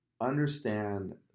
understand